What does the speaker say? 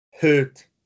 hurt